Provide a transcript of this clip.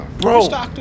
bro